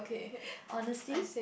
honesty